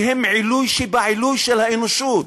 שהם עילוי שבעילוי של האנושות.